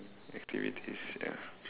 activities ya